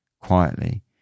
Quietly